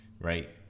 right